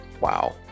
Wow